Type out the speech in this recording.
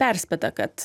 perspėta kad